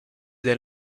del